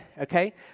okay